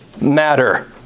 matter